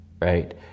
right